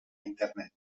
internet